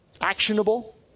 actionable